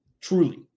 Truly